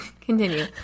Continue